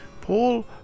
Paul